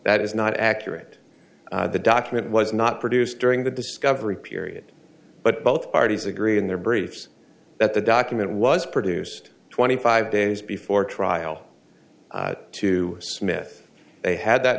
that is not accurate the document was not produced during the discovery period but both parties agreed in their briefs that the document was produced twenty five days before trial to smith they had that